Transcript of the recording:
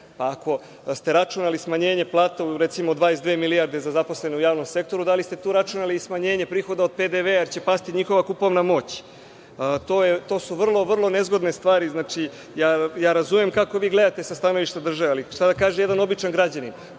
Pa, ako ste računali smanjenje plata, recimo, 22 milijarde za zaposlene u javnom sektoru, da li ste tu računali i smanjenje prihoda od PDV, jer će pasti njihova kupovna moć? To su vrlo nezgodne stvar. Razumem kako vi gledate sa stanovišta države, ali šta da kaže jedan običan građanin.